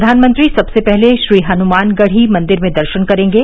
प्रधानमंत्री सबसे पहले श्रीहनुमान गढ़ी मंदिर में दर्शन करेंगे